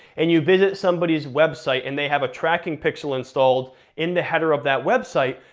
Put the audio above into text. and you visit somebody's website and they have a tracking pixel installed in the header of that website,